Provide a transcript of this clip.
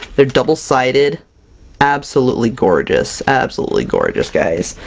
they're double-sided absolutely gorgeous! absolutely gorgeous, guys!